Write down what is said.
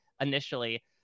initially